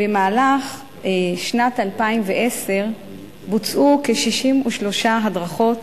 במהלך שנת 2010 בוצעו כ-63 הדרכות